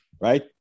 right